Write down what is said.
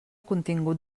contingut